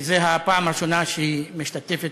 זו הייתה הפעם הראשונה שהיא השתתפה